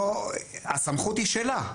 הסמכות היא שלה,